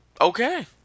Okay